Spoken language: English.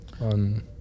on